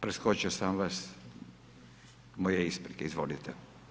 Preskočio sam vas, moje isprike, izvolite.